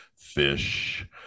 fish